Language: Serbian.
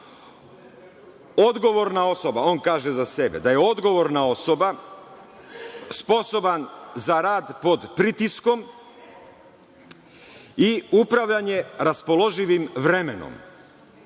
Odgovorna osoba, on kaže za sebe, da je odgovorna osoba, sposoban za rad pod pritiskom i upravljanje raspoloživim vremenom.